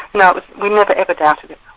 no, we never ever doubted it.